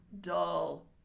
dull